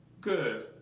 Good